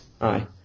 Aye